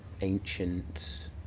ancient